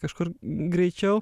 kažkur greičiau